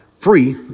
Free